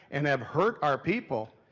and have hurt our people,